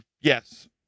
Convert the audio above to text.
yes